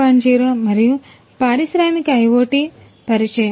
0 మరియు పారిశ్రామిక IoT పరిచయం